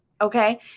Okay